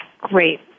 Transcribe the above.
Great